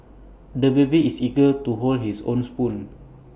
the baby is eager to hold his own spoon